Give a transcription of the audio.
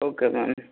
okay ma'am